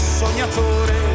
sognatore